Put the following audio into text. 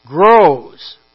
grows